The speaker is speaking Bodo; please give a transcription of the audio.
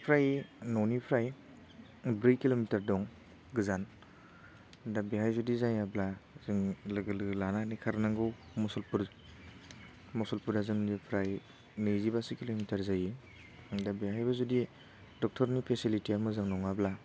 फ्राय न'निफ्राय ब्रै किल'मिटार दं गोजान दा बेहाय जुदि जायाब्ला जोङो लोगो लोगो लानानै खारनांगौ मुसलपुर मुसलपुरा जोंनिफ्राय नैजिबासो किल'मिटार जायो दा बेहायबो जुदि डक्टरनि फेसिलिटिया मोजां नङाब्ला